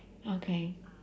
okay